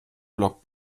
blog